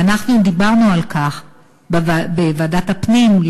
ואנחנו דיברנו על כך בוועדת הפנים.